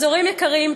אז הורים יקרים,